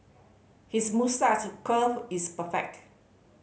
his moustache curl is perfect